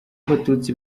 abatutsi